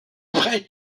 après